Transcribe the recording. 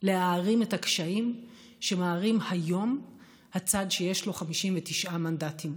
להערים את הקשיים שמערים היום הצד שיש לו 59 מנדטים,